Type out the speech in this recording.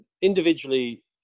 individually